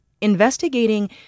investigating